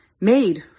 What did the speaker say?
made